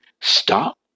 Stop